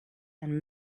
and